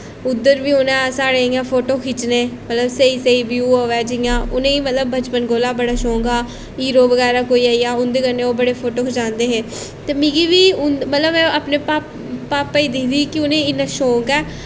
उद्धर बी उ'नें साढ़े इ'यां फोटो खिच्चने भला स्हेई स्हेई व्यू आवै जियां उ'नेंगी मतलब बचपन कोला बड़ा शौंक हा हीरो बगैरा कोई आई जा उं'दे कन्नै ओह् बड़े फोटो खचांदे हे ते मिगी बी उं मतलब अपने पा पापा गी दिखदी ही उ'नें इन्ना शौंक ऐ